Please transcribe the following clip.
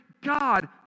God